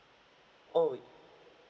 oh